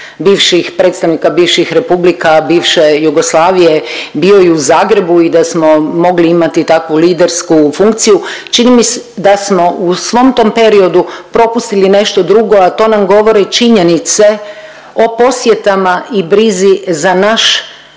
bivših, predstavnika bivših republika, bivše Jugoslavije bio i u Zagrebu i da smo mogli imati takvu lidersku funkciju. Čini mi se da smo u tom svom periodu propustili nešto drugo, a to nam govore činjenice o posjetama i brizi za naš